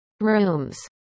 rooms